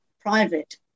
private